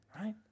right